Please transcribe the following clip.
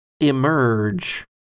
emerge